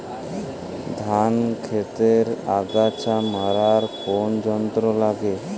ধান ক্ষেতের আগাছা মারার কোন যন্ত্র আছে?